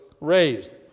raised